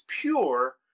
pure